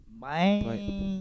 Bye